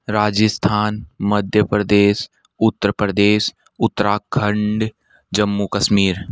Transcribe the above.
Rajasthan Madhya Pradesh Uttar Pradesh Uttarakhand Jammu Kashmir